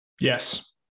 Yes